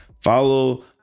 follow